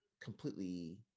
completely